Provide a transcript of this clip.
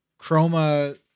chroma